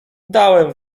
dałem